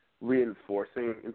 reinforcing